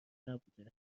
نبوده